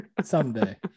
Someday